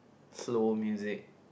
slow music